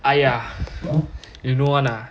!aiya! you know [one] lah